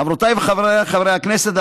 חברותיי וחבריי חברי הכנסת,